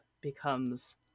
becomes